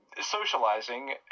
socializing